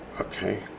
Okay